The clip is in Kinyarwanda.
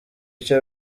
icyo